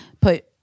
put